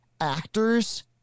actors